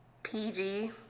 PG